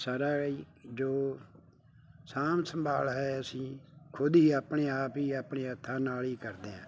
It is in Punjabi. ਸਾਰਾ ਹੀ ਜੋ ਸਾਂਭ ਸੰਭਾਲ ਹੈ ਅਸੀਂ ਖੁਦ ਹੀ ਆਪਣੇ ਆਪ ਹੀ ਆਪਣੇ ਹੱਥਾਂ ਨਾਲ ਹੀ ਕਰਦੇ ਹਾਂ